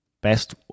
Best